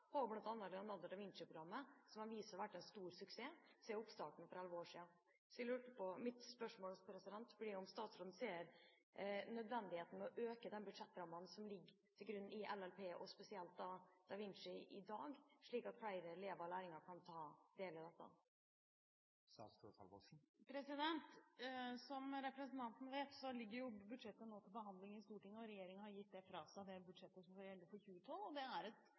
som har vist seg å være en stor suksess siden oppstarten for noen år siden. Mitt spørsmål blir om statsråden ser nødvendigheten av å øke de budsjettrammene som ligger til grunn i LLP, og spesielt for da Vinci-programmet i dag, slik at flere elver og lærlinger kan ta del i dette. Som representanten vet, ligger budsjettet nå til behandling i Stortinget. Regjeringen har gitt fra seg det budsjettet som skal gjelde for 2012. Det er et